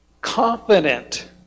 confident